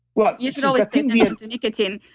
well, you should always yeah to nicotine,